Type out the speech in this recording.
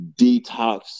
detox